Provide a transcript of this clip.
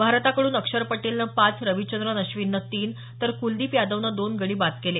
भारताकडून अक्षर पटेलनं पाच रविचंद्रन अश्विनं तीन तर कुलदीप यादवनं दोन गडी बाद केले